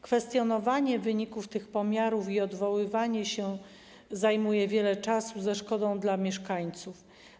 Kwestionowanie wyników tych pomiarów i odwoływanie się zajmuje wiele czasu ze szkodą dla mieszkańców.